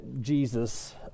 Jesus